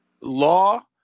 law